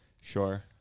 Sure